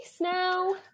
now